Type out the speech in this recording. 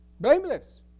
Blameless